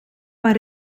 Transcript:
maar